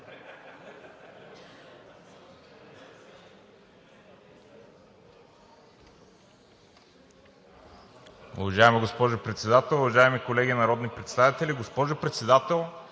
Уважаема госпожо Председател, уважаеми колеги народни представители! Госпожо Председател,